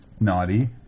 Naughty